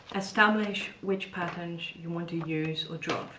establish which patterns you want to use or draft,